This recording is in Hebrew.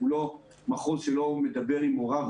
אנחנו לא מחוז שלא מדבר עם ההורים,